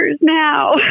now